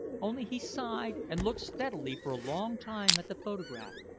only he sighed, and looked steadily for a long time at the photograph.